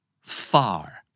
Far